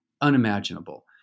unimaginable